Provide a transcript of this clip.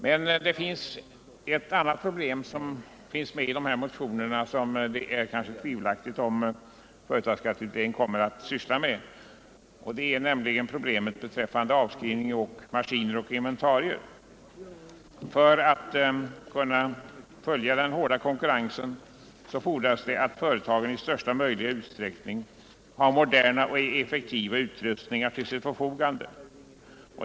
Men det är kanske inte så säkert att företagsskatteberedningen kommer att syssla med ett annat problem som finns med i dessa motioner, nämligen problemet beträffande avskrivning av maskiner och inventarier. För att kunna följa med i den hårda konkurrensen fordras det att företagen i största möjliga utsträckning har moderna och effektiva utrustningar till sitt förfogande.